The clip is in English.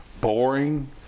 boring